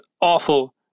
awful